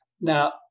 Now